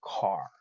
car